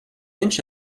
inch